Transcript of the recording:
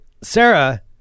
Sarah